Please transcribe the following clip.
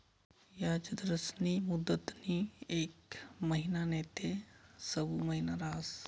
याजदरस्नी मुदतनी येक महिना नैते सऊ महिना रहास